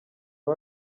uwo